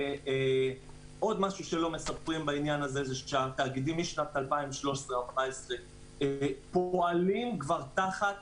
עוד משהו שלא מספרים זה שמאז שנת 2013 התאגידים פועלים תחת